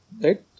Right